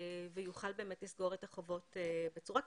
ויוכל באמת לסגור את החובות בצורה כזאת.